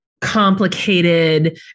complicated